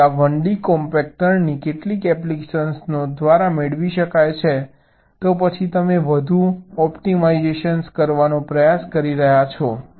તેથી આ 1d કોમ્પેક્ટરની કેટલીક એપ્લિકેશનો દ્વારા મેળવી શકાય છે તો પછી તમે વધુ ઑપ્ટિમાઇઝેશન કરવાનો પ્રયાસ કરી રહ્યાં છો